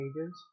pages